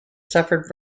suffered